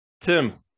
Tim